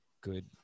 good